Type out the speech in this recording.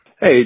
Hey